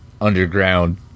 underground